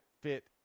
fit